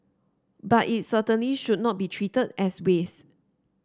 but it certainly should not be treated as waste